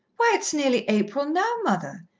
why, it's nearly april now, mother.